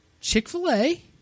Chick-fil-A